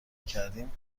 کردیم